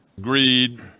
greed